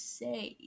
say